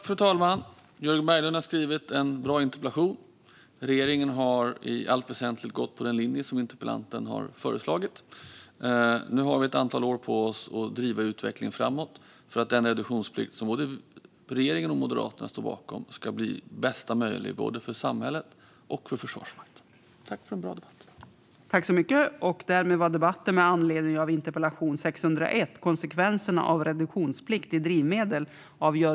Fru talman! Jörgen Berglund har skrivit en bra interpellation. Regeringen har i allt väsentligt gått på den linje som interpellanten har föreslagit. Nu har vi ett antal år på oss att driva utvecklingen framåt för att den reduktionsplikt som både regeringen och Moderaterna står bakom ska bli den bästa möjliga för både samhället och Försvarsmakten. Jag vill tacka för en bra debatt.